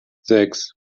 sechs